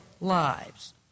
lives